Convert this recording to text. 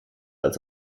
als